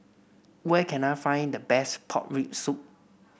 where can I find the best Pork Rib Soup